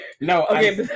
No